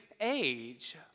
age